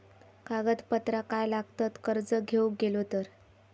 कागदपत्रा काय लागतत कर्ज घेऊक गेलो तर?